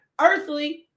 earthly